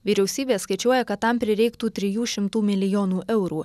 vyriausybė skaičiuoja kad tam prireiktų trijų šimtų milijonų eurų